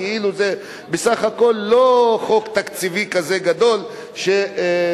זה בסך הכול לא חוק תקציבי כזה גדול שצריך